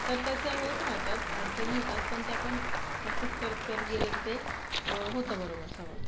तर तसं होत राहतात अडचणी येतात पण ते आपण प्रॅक्टिस करत करत गेलं तर ते होतं बरोबर सगळं